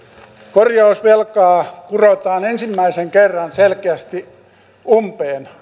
korjausvelkaa kurotaan ensimmäisen kerran selkeästi umpeen